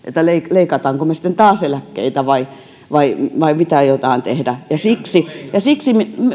leikataanko sitten taas eläkkeitä vai vai mitä aiotaan tehdä ja siksi ja siksi me